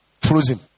frozen